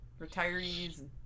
retirees